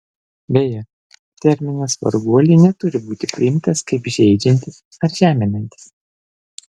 beje terminas varguoliai neturi būti priimtas kaip žeidžiantis ar žeminantis